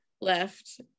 left